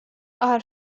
are